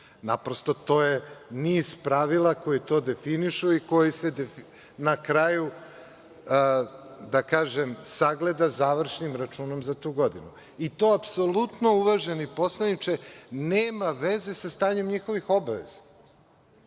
Naprosto, to je niz pravila koja to definišu i koje se na kraju sagleda završnim računom za tu godinu. To apsolutno, uvaženi poslaniče, nema veze sa stanjem njihovih obaveza. Dakle,